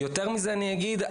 יותר מזה אני אגיד,